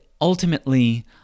ultimately